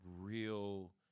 real